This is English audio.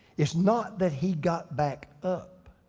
it's not that he got back up.